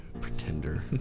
pretender